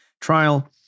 trial